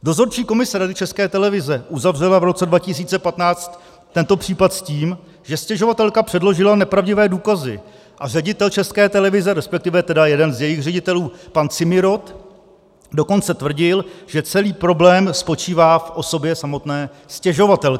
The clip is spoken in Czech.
Dozorčí komise Rady České televize uzavřela v roce 2015 tento případ s tím, že stěžovatelka předložila nepravdivé důkazy, a ředitel České televize, respektive jeden z jejich ředitelů pan Cimirot, dokonce tvrdil, že celý problém spočívá v osobě samotné stěžovatelky.